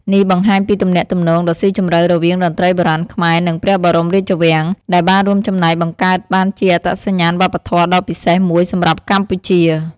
នេះបង្ហាញពីទំនាក់ទំនងដ៏ស៊ីជម្រៅរវាងតន្ត្រីបុរាណខ្មែរ និងព្រះបរមរាជវាំង ដែលបានរួមចំណែកបង្កើតបានជាអត្តសញ្ញាណវប្បធម៌ដ៏ពិសេសមួយសម្រាប់កម្ពុជា។